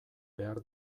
behar